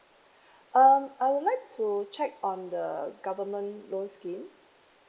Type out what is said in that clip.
um I would like to check on the government loan scheme